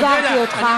החזרתי אותך.